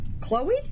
Chloe